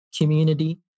community